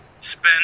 spend